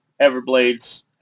Everblades